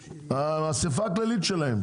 האספה הכללית שלהם,